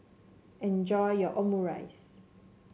enjoy your Omurice